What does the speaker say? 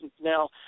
Now